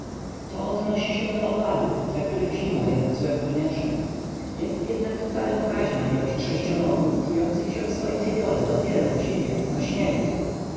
to odnosi się do owadów dla których zima jest złem koniecznem jest jednak wcale pokaźna ilość sześcionogów czujących się w swoim żywiole dopiero w zimie na śniegu